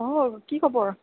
অ কি খবৰ